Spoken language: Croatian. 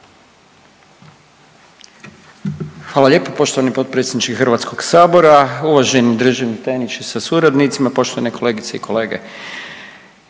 Hvala lijepo poštovani potpredsjedniče Hrvatskog sabora. Uvaženi državni tajniče sa suradnicima, poštovane kolegice i kolege,